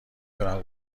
تونم